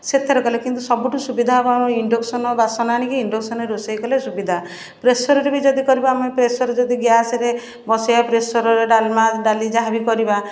ସେଥିରେ କଲେ କିନ୍ତୁ ସବୁଠୁ ସୁବିଧା ହେବ ଆମ ଇଣ୍ଡକ୍ସନ୍ ବାସନ ଆଣିକି ଇଣ୍ଡକ୍ସନରେ ରୋଷେଇ କଲେ ସୁବିଧା ପ୍ରେସରରେ ବି ଯଦି କରିବ ଆମେ ପ୍ରେସର୍ ଯଦି ଗ୍ୟାସରେ ବସେଇବା ପ୍ରେସରରେ ଡାଲମା ଡାଲି ଯାହା ବି କରିବା